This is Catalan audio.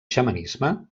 xamanisme